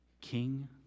king